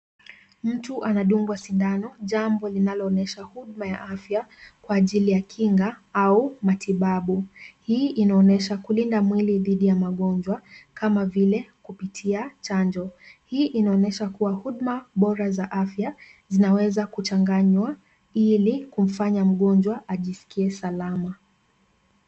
Mtu anadungwa sindano, jambo linaloonyesha huduma ya afya kwa ajili ya kinga au matibabu. Hii inaonyesha kulinda mwili dhidi ya magonjwa kama vile kupitia chanjo. Hii inaonyesha kuwa huduma bora za afya zinaweza kuchanganywa ili kumfanya mgonjwa ajisikie salama.